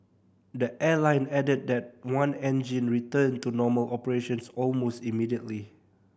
the airline added that one engine returned to normal operations almost immediately